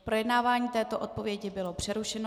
Projednávání této odpovědi bylo přerušeno.